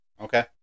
Okay